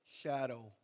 shadow